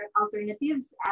alternatives